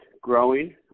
growing